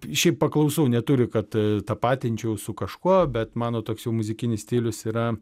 šiaip paklausau neturiu kad e tapačnčiaus su kažkuo bet mano toks jau muzikinis stilius yra